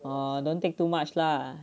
orh don't take too much lah